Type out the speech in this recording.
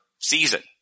season